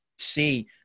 See